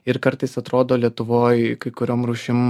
ir kartais atrodo lietuvoj kai kuriom rūšim